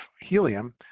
helium